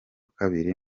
kabiri